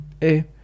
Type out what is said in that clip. Hey